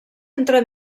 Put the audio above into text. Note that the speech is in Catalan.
entre